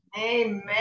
Amen